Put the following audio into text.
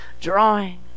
drawing